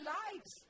lives